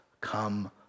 Come